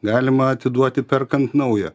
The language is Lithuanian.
galima atiduoti perkant naują